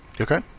okay